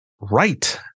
Right